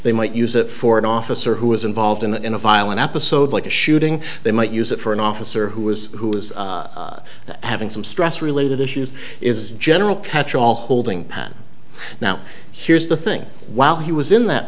they might use that for an officer who was involved in a violent episode like the shooting they might use it for an officer who was who was having some stress related issues is general catchall holding pattern now here's the thing while he was in that